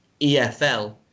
EFL